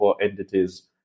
entities